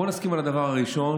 בואו נסכים על הדבר הראשון,